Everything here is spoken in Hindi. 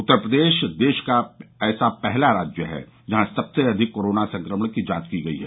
उत्तर प्रदेश देश का ऐसा पहला राज्य है जहां सबसे अधिक कोरोना संक्रमण की जांच की गयी है